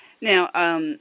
Now